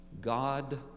God